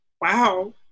Wow